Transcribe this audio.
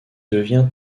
devient